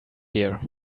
here